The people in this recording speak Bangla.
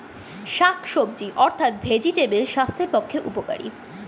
শাকসবজি অর্থাৎ ভেজিটেবল স্বাস্থ্যের পক্ষে উপকারী